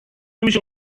نمیشه